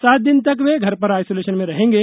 सात दिन तक वे घर पर आइसोलेशन में रहेंगे